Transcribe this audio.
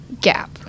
gap